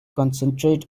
concentrate